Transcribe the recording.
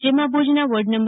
જેમાં ભુજના વોર્ડ નં